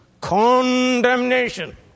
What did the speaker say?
condemnation